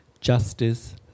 justice